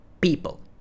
people